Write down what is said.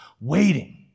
waiting